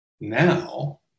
now